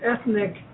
ethnic